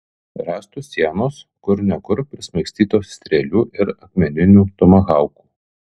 rąstų sienos kur ne kur prismaigstytos strėlių ir akmeninių tomahaukų